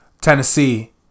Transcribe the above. Tennessee